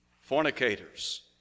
fornicators